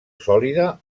sòlida